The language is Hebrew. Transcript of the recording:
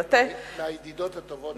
מהידידות הטובות שלנו.